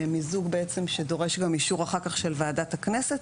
מיזוג בעצם שדורש גם אישור אחר כך של ועדת הכנסת